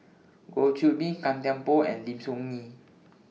Goh Qiu Bin Gan Thiam Poh and Lim Soo Ngee